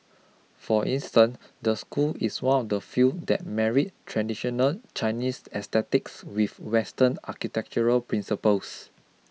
for instance the school is one of the few that married traditional Chinese aesthetics with Western architectural principles